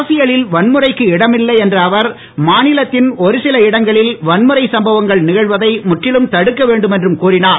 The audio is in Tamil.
அரசியலில் வன்முறைக்கு இடமில்லை என்ற அவர் மாநிலத்தின் ஒரு சில இடங்களில் வன்முறைச் சம்பவங்கள் நிகழ்வதை முற்றிலும் தடுக்க வேண்டும் என்றும் கூறினார்